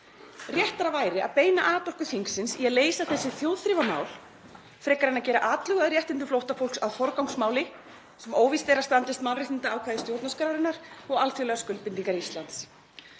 Réttara væri að beina atorku þingsins í að leysa þessi þjóðþrifamál í stað þess að gera atlögu að réttindum flóttafólks að forgangsmáli sem óvíst er að standist mannréttindaákvæði stjórnarskrárinnar og alþjóðlegar skuldbindingar Íslands.